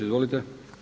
Izvolite.